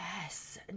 Yes